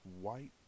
white